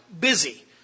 busy